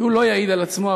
הוא לא יעיד על עצמו,